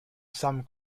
some